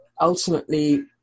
ultimately